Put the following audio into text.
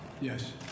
yes